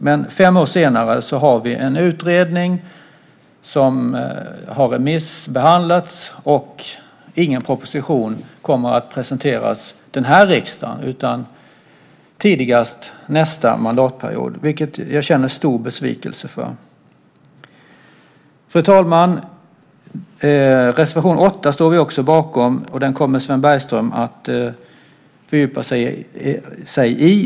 Men fem år senare har vi en utredning som har remissbehandlats, och ingen proposition kommer att presenteras under denna riksdag utan tidigast nästa mandatperiod, vilket jag känner stor besvikelse för. Fru talman! Reservation 8 står vi också bakom, och den kommer Sven Bergström att fördjupa sig i.